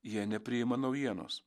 jie nepriima naujienos